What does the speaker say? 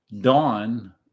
Dawn